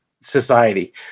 society